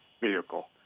vehicle